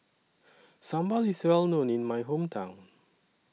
Sambal IS Well known in My Hometown